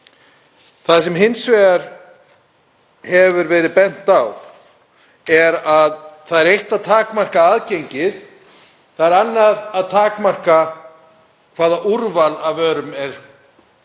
Það sem hins vegar hefur verið bent á er að það er eitt að takmarka aðgengið, það er annað að takmarka hvaða úrval af vörum er fyrir